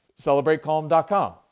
celebratecalm.com